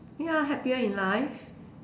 ya happier in life